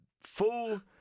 full